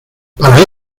para